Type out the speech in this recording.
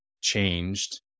changed